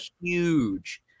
huge